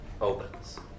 opens